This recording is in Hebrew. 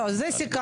לא, זה סיכמנו.